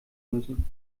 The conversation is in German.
müssen